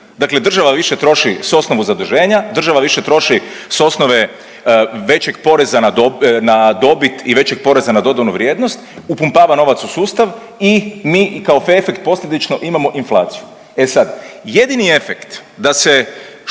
Dakle država više troši s osnova zaduženja, država više troši s osnove većeg poreza na dobit i većeg PDV-a, upumpava novac u sustav i mi i kao efekt posljedično imamo inflaciju. E sad, jedini efekt da se što